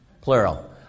plural